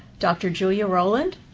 dr. julia rowland,